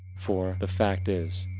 for the fact is,